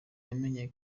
yamenye